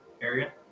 area